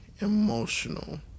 emotional